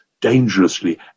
dangerously